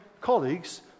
colleagues